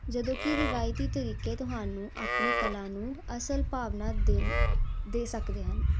ਜਦੋਂ ਕਿ ਰਿਵਾਇਤੀ ਤਰੀਕੇ ਤੁਹਾਨੂੰ ਆਪਣੀ ਕਲਾ ਨੂੰ ਅਸਲ ਭਾਵਨਾ ਦੇ ਦੇ ਸਕਦੇ ਹਨ